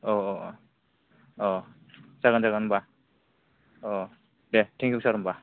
औ औ अ जागोन दे जागोन होनबा अ दे थेंक इउ सार होनबा